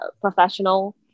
professional